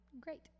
great